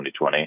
2020